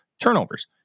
turnovers